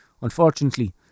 Unfortunately